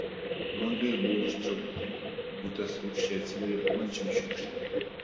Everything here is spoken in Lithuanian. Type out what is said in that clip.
langai buvo užtraukti butas rūgščiai atsidavė pūvančiom šiukšlėm